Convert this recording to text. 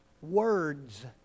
words